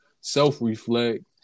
self-reflect